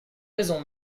raison